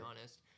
honest